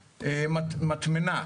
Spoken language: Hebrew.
אני מדבר על התכנונים האלה.